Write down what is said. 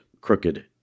crooked